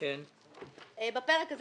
בפרק הזה